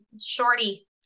shorty